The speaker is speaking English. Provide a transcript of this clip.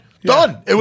Done